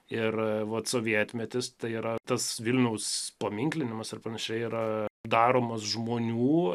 ir vat sovietmetis tai yra tas vilniaus paminklinimas ar panašiai yra daromas žmonių